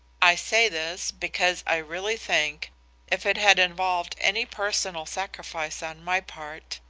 i say this because i really think if it had involved any personal sacrifice on my part,